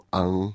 ang